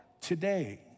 today